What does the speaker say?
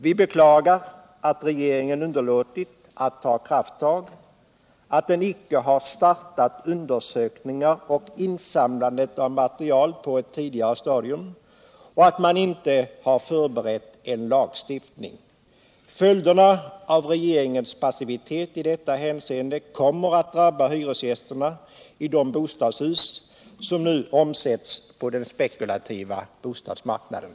Vi beklagar att regeringen underlåtit att ta krafttag, att den icke på ett tidigare stadium startat undersökningar och insamlat material och att den inte har förberett en lagstiftning. Följden av regeringens passivitet i detta hänseende kommer att drabba hyresgästerna i de bostadshus som nu omsätts på den spekulativa bostadsmarknaden.